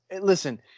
Listen